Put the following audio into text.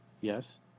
Yes